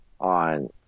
on